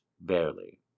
barely